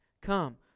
Come